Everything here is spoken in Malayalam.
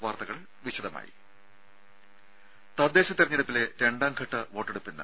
വാർത്തകൾ വിശദമായി തദ്ദേശ തെരഞ്ഞെടുപ്പിലെ രണ്ടാംഘട്ട വോട്ടെടുപ്പ് ഇന്ന്